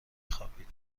خوابید